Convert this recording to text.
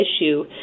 issue